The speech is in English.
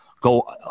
go